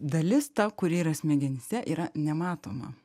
dalis ta kuri yra smegenyse yra nematoma